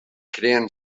creen